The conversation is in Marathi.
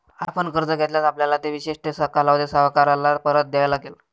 आपण कर्ज घेतल्यास, आपल्याला ते विशिष्ट कालावधीत सावकाराला परत द्यावे लागेल